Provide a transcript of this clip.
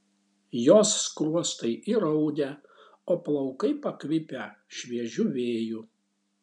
jos skruostai įraudę o plaukai pakvipę šviežiu vėju